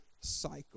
cycle